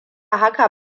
haka